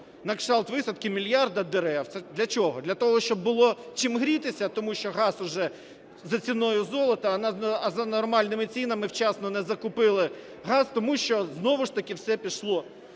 на кшталт висадки мільярда дерев. Це для чого? Для того, щоб було чим грітися, тому що газ уже за ціною золота, а за нормальними цінами вчасно не закупили газ, тому що знову ж таки все пішло